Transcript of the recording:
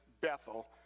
Bethel